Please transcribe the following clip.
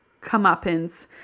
comeuppance